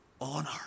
honor